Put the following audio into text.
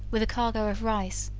with a cargo of rice,